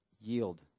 Yield